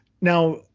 now